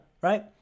right